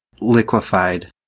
liquefied